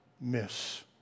miss